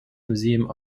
museum